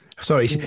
Sorry